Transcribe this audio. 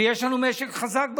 ויש לנו משק חזק,